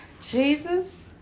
Jesus